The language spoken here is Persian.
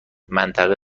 منطقه